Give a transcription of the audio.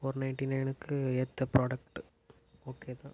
four ninety நயனுக்கு ஏற்ற product okay தான்